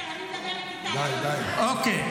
די, די.